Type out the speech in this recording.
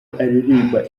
aririmba